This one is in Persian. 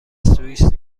سوئیس